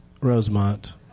Rosemont